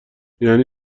یعنی